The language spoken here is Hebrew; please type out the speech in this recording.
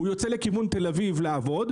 הוא יוצא לכיוון תל אביב לעבוד,